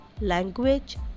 language